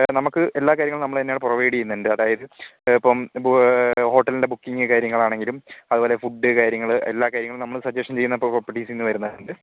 നമുക്ക് എല്ലാ കാര്യങ്ങളും നമ്മൾ തന്നെയാണ് പ്രൊവൈഡ് ചെയ്യുന്നുണ്ട് അതായത് ഇപ്പം ഹോട്ടലിൻ്റെ ബുക്കിങ്ങ് കാര്യങ്ങളാണെങ്കിലും അത്പോലെ ഫുഡ്ഡ് കാര്യങ്ങൾ എല്ലാ കാര്യങ്ങളും നമ്മൾ സജഷൻ ചെയ്യുന്ന പ്രോപ്പർട്ടീസിൽ നിന്ന് വരുന്നയുണ്ട്